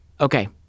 Okay